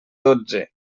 dotze